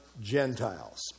Gentiles